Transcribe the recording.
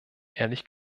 ehrlich